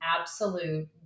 absolute